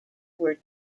were